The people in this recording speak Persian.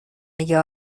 میگه